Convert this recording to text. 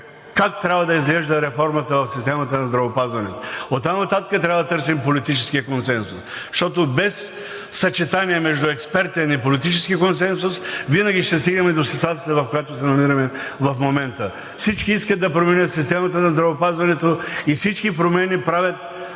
как трябва да изглежда реформата в системата на здравеопазването. Оттам нататък трябва да търсим политическия консенсус, защото без съчетание между експертен и политически консенсус винаги ще стигнем до ситуацията, в която се намираме в момента – всички искат да променят системата на здравеопазването и всички промени правят